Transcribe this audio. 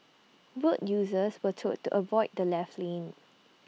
road users were told to avoid the left lane